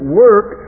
work